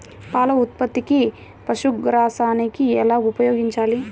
పాల ఉత్పత్తికి పశుగ్రాసాన్ని ఎలా ఉపయోగించాలి?